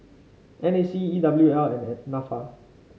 N A C E W L and NAFA